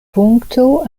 punkto